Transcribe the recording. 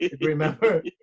remember